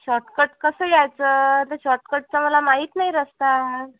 shortcut कसं यायचं ते शॉटकटचा मला माहीत नाही रस्ता